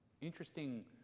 interesting